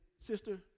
Sister